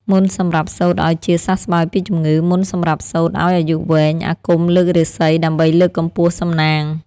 មន្តសម្រាប់សូត្រឱ្យជាសះស្បើយពីជំងឺ មន្តសម្រាប់សូត្រឱ្យអាយុវែង អាគមលើករាសី ដើម្បីលើកកម្ពស់សំណាង។